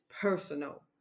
personal